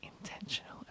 intentional